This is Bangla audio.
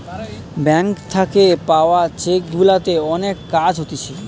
ব্যাঙ্ক থাকে পাওয়া চেক গুলাতে অনেক কাজ হতিছে